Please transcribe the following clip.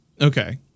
Okay